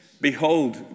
Behold